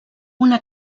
una